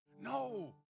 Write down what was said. No